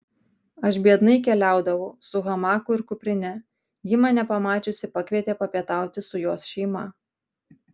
aš biednai keliaudavau su hamaku ir kuprine ji mane pamačiusi pakvietė papietauti su jos šeima